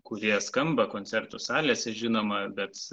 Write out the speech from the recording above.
kurie skamba koncertų salėse žinoma bet